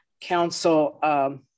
council